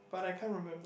but I can't remember